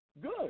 good